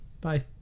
Bye